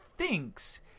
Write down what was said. thinks